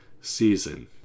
season